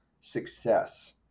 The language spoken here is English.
success